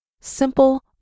Simple